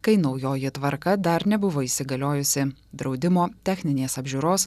kai naujoji tvarka dar nebuvo įsigaliojusi draudimo techninės apžiūros